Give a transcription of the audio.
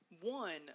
one –